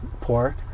poor